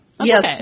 Yes